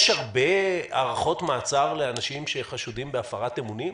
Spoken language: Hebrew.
יש הרבה הארכות מעצר לאנשים שחשודים בהפרת אמונים,